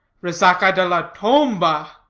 resaca de la tomba!